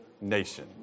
nation